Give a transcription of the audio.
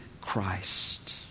Christ